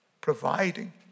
providing